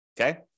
Okay